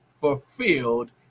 fulfilled